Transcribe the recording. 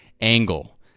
angle